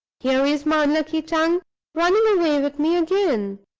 here is my unlucky tongue running away with me again!